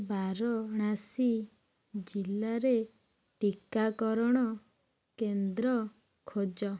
ବାରଣାସୀ ଜିଲ୍ଲାରେ ଟିକାକରଣ କେନ୍ଦ୍ର ଖୋଜ